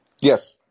Yes